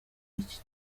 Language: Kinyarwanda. iki